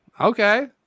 Okay